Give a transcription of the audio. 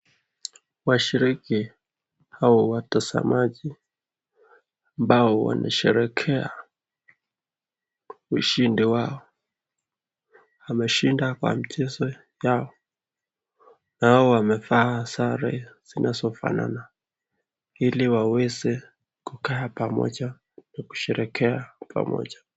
Washiriki hawa watazamaji ambao wanasherehekea ushindi wao. Wameshinda kwa mchezo yao hao wamevaa sare zinazofanana ili waweze kukaa pamoja na kusherehekea pamoja.